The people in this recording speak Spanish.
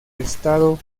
estado